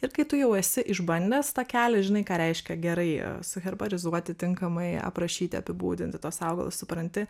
ir kai tu jau esi išbandęs tą kelią žinai ką reiškia gerai suherbarizuoti tinkamai aprašyti apibūdinti tuos augalus supranti